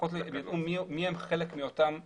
לפחות מיהם חלק מאותם זכאים.